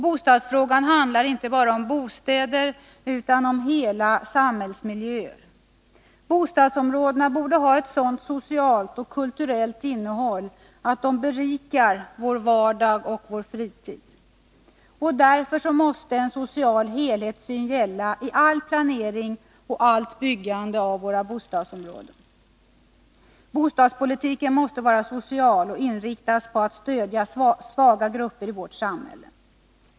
Bostadsfrågan handlar inte bara om bostäder utan om hela samhällsmiljöer. Bostadsområdena borde ha ett sådant socialt och kulturellt innehåll att de berikar vår vardag och vår fritid. Därför måste en social helhetssyn gälla i all planering och allt byggande av bostadsområden. Bostadspolitiken måste vara social och inriktas på att stödja svaga grupper i vårt samhälle.